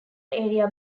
area